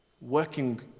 working